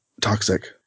toxic